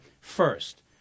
first